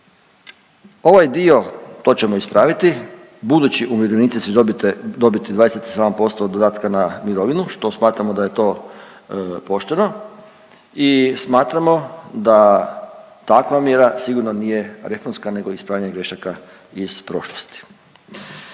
ovaj dio to ćemo ispraviti, budući umirovljenici će dobiti 27% dodatna na mirovinu, što smatramo da je to pošteno i smatramo da takva mjera sigurno nije reformska nego ispravljanje grešaka iz prošlosti.